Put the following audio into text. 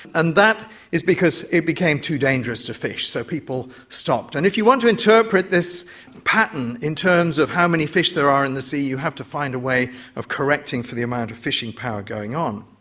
and that is because it became too dangerous to fish, so people stopped. and if you want to interpret this pattern in terms of how many fish there are in the sea you have to find a way of correcting for the amount of fishing power going on.